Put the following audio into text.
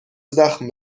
زخم